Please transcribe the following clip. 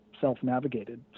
self-navigated